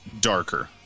darker